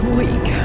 weak